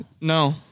no